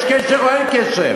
יש קשר או אין קשר?